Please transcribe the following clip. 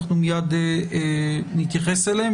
אנחנו מייד נתייחס אליהן.